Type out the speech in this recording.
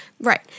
Right